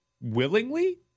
willingly